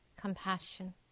compassion